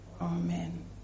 Amen